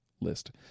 list